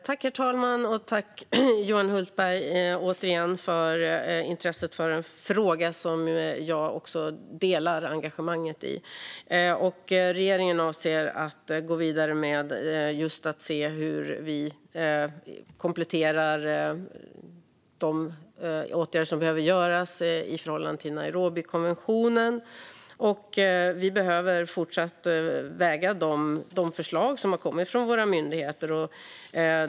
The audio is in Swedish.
Herr ålderspresident! Tack återigen, Johan Hultberg, för intresset för en fråga som jag delar engagemanget i! Regeringen avser att gå vidare just med att se hur vi kompletterar de åtgärder som behöver göras i förhållande till Nairobikonventionen. Vi behöver fortsätta att väga de förslag som har kommit från våra myndigheter.